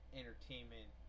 entertainment